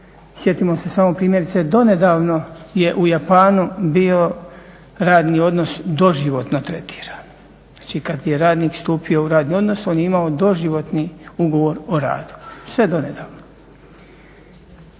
Sjetimo se samo primjerice, donedavno je u Japanu bio radni odnos doživotno tretiran. Znači kad je radnik stupio u radni odnos on je imao doživotni ugovor o radu sve do nedavno.